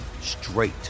straight